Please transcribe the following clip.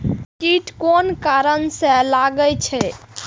कीट कोन कारण से लागे छै?